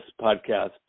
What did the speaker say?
podcast